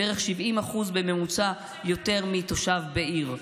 בערך 70% בממוצע יותר מתושב בעיר.